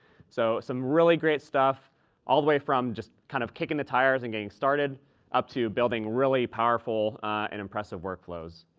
so some really great stuff all the way from just kind of kicking the tires and getting started up to building really powerful and impressive work flows.